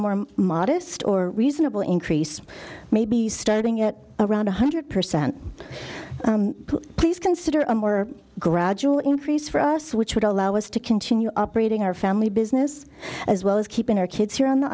more modest or reasonable increase maybe starting at around one hundred percent please consider a more gradual increase for us which would allow us to continue operating our family business as well as keeping our kids here on the